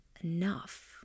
enough